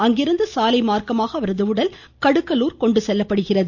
அங்கிருந்து சாலை மார்க்கமாக அவரது உடல் கடுக்கலூர் எடுத்துச்செல்லப்படுகிறது